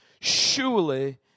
surely